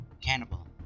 cannibal